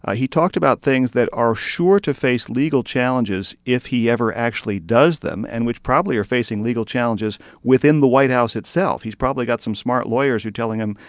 ah he talked about things that are sure to face legal challenges if he ever actually does them and which probably are facing legal challenges within the white house itself. he's probably got some smart lawyers who are telling him,